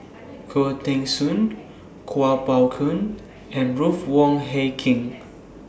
Khoo Teng Soon Kuo Pao Kun and Ruth Wong Hie King